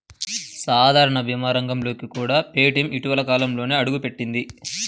సాధారణ భీమా రంగంలోకి కూడా పేటీఎం ఇటీవలి కాలంలోనే అడుగుపెట్టింది